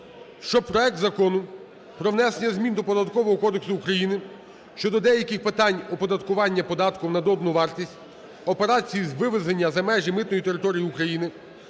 щоб проект Закону про внесення змін до Податкового кодексу України щодо деяких питань оподаткування податком на додану вартість операцій з вивезення за межі митної території України